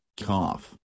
cough